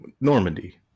Normandy